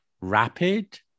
rapid